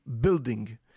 building